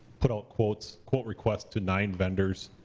put out quotes, quote requests to nine vendors.